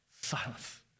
Silence